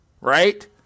right